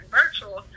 virtual